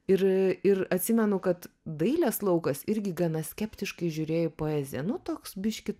ir ir atsimenu kad dailės laukas irgi gana skeptiškai žiūrėjo į poeziją nu toks biškį